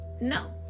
No